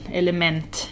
element